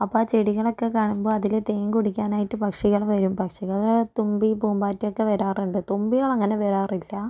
അപ്പം ആ ചെടികളൊക്കെ കാണുമ്പോൾ അതിലെ തേൻ കുടിക്കാനായിട്ട് പക്ഷികൾ വരും പക്ഷികള് എന്ന് പറഞ്ഞാൽ തുമ്പി പൂമ്പാറ്റ ഒക്കെ വരാറുണ്ട് തുമ്പികൾ അങ്ങനെ വരാറില്ല